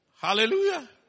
Hallelujah